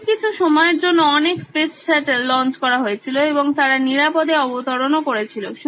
এই কিছু সময়ের জন্য অনেক স্পেস শাটল লঞ্চ করা হয়েছিলো এবং তারা নিরাপদে অবতরণ করেছিলো